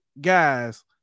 guys